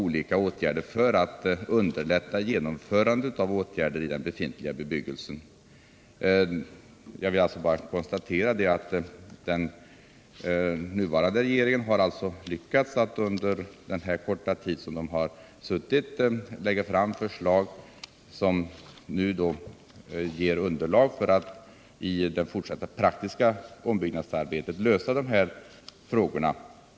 9 december 1977 Jag vill alltså bara konstatera att den nuvarande regeringen har lyckats att under den korta tid den har suttit lägga fram förslag för att i det — Arbetsförhållan fortsatta praktiska ombyggnadsarbetet lösa frågorna.